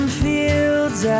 fields